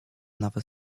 nawet